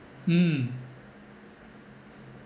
mm